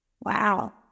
Wow